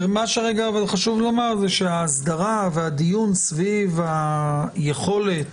חשוב לומר שההסדרה והדיון סביב היכולת